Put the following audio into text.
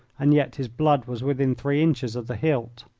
and yet his blood was within three inches of the hilt.